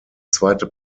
zweite